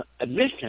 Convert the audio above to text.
admission